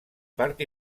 part